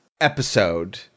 episode